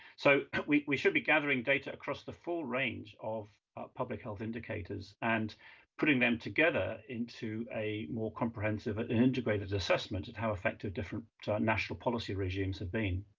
so we we should be gathering data across the full range of public health indicators and putting them together into a more comprehensive and integrated assessment at how effective different national policy regimes have been.